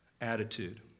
attitude